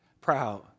proud